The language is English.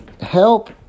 help